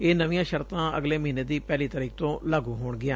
ਇਹ ਨਵੀਆਂ ਸ਼ਰਤਾ ਅਗਲੇ ਮਹੀਨੇ ਦੀ ਪਹਿਲੀ ਤਰੀਕ ਤੋ ਲਾਗੁ ਹੋਣਗੀਆਂ